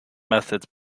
methods